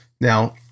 Now